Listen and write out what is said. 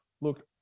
Look